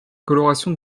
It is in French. coloration